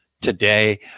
today